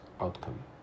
outcome